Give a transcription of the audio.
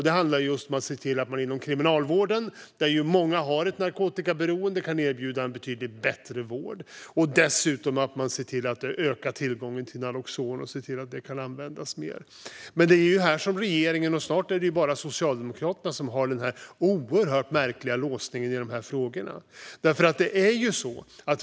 Det handlar om att se till att inom kriminalvården, där många har ett narkotikaberoende, erbjuda betydligt bättre vård. Dessutom ska man se till att öka tillgången till naloxon och se till att det kan användas mer. Det är snart bara regeringen och Socialdemokraterna som har denna oerhört märkliga låsning i dessa frågor.